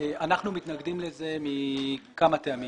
אנחנו מתנגדים לזה מכמה טעמים.